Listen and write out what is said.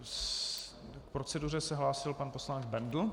K proceduře se hlásil pan poslanec Bendl.